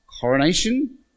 coronation